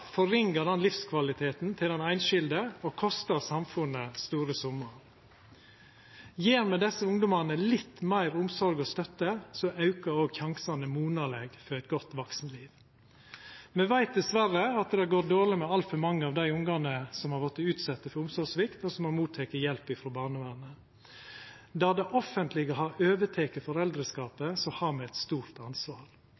til den einskilde og kostar samfunnet store summar. Gjev me desse ungdomane litt meir omsorg og støtte, aukar òg sjansane monaleg for eit godt vaksenliv. Me veit dessverre at det går dårleg med altfor mange av dei ungane som har vorte utsette for omsorgssvikt, og som har teke imot hjelp frå barnevernet. Der det offentlege har overteke